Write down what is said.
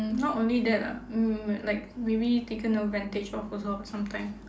mm not only that ah mm like maybe taken advantage of also sometime